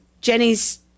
Jenny's